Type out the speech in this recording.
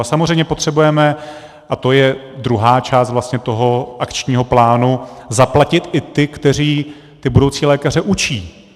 A samozřejmě potřebujeme a to je druhá část toho akčního plánu zaplatit i ty, kteří ty budoucí lékaře učí.